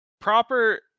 Proper